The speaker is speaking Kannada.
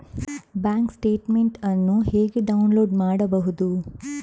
ಬ್ಯಾಂಕ್ ಸ್ಟೇಟ್ಮೆಂಟ್ ಅನ್ನು ಹೇಗೆ ಡೌನ್ಲೋಡ್ ಮಾಡುವುದು?